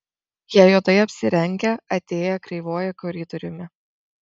jie juodai apsirengę atėję kreivuoju koridoriumi